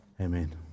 Amen